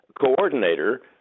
coordinator